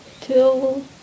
till